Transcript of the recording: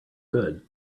good